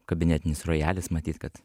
kabinetinis rojalis matyt kad